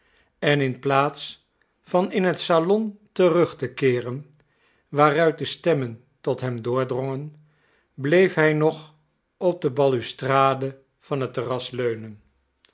en in plaats van in het salon terug te keeren waaruit de stemmen tot hem doordrongen bleef hij nog op de ballustrade van het terras leunen